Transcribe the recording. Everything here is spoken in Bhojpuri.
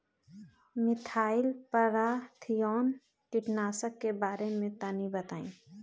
मिथाइल पाराथीऑन कीटनाशक के बारे में तनि बताई?